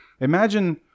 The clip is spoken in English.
imagine